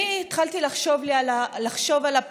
אני התחלתי לחשוב על הפילוח